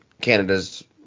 Canada's